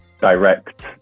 direct